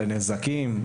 לנזקים?